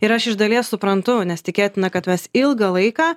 ir aš iš dalies suprantu nes tikėtina kad mes ilgą laiką